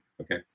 okay